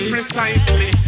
Precisely